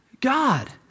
God